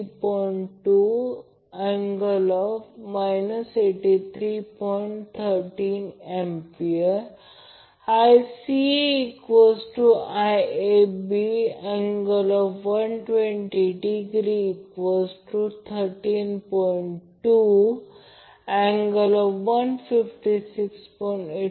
या आकृतीतून फक्त u 2 इतका मग्निट्यूड मिळेल याचा अर्थ ज्याला आपण mod val VL√ 3 cos म्हणतो त्याला येथे आपण √ cos 30 3 2 असे म्हणतो ते phase voltage VL √ 3 VL line voltage √ 3